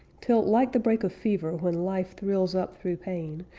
till, like the break of fever when life thrills up through pain,